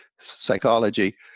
psychology